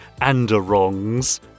Anderongs